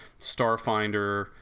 Starfinder